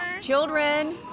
Children